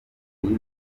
y’iyi